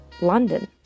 London